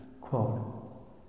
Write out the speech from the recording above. Quote